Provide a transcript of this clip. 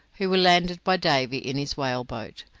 who were landed by davy in his whaleboat.